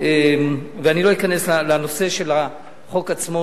ולא אכנס לנושא של החוק עצמו,